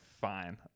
fine